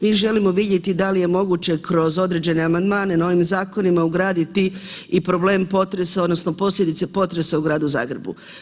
Mi želimo vidjeti da li moguće kroz određene amandmane na ovim zakonima ugraditi i problem potresa odnosno posljedice potresa u Gradu Zagrebu.